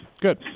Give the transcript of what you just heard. Good